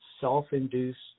self-induced